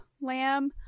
lamb